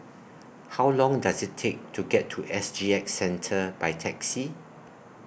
How Long Does IT Take to get to S G X Centre By Taxi